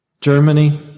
Germany